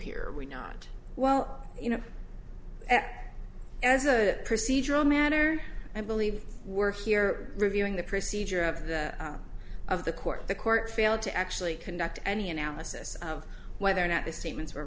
here we're not well you know that as a procedural matter i believe we're here reviewing the procedure of the of the court the court failed to actually conduct any analysis of whether or not the statements were